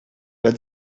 but